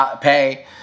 pay